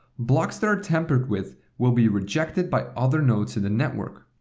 blocks that are tampered with will be rejected by other nodes in the network.